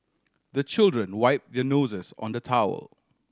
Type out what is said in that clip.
the children wipe their noses on the towel